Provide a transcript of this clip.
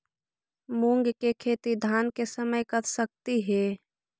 मुंग के खेती धान के समय कर सकती हे?